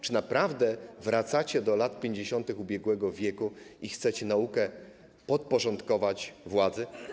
Czy naprawdę wracacie do lat 50. ubiegłego wieku i chcecie naukę podporządkować władzy?